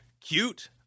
cute